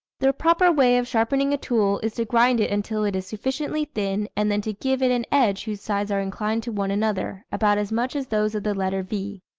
the proper way of sharpening a tool, is to grind it until it is sufficiently thin, and then to give it an edge whose sides are inclined to one another, about as much as those of the letter v.